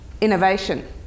innovation